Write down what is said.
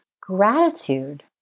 Gratitude